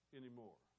anymore